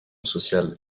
sociale